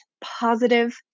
positive